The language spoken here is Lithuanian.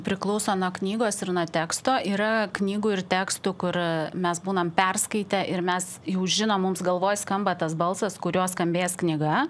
priklauso nuo knygos ir nuo teksto yra knygų ir tekstų kur mes būnam perskaitę ir mes jau žinom mums galvoj skamba tas balsas kurio skambės knyga